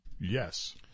Yes